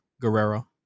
Guerrero